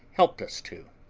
helped us to.